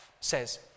says